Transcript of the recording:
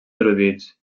erudits